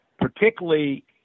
particularly